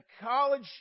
college